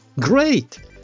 Great